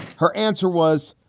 her answer was,